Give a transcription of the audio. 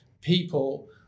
people